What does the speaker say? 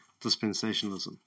dispensationalism